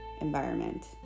environment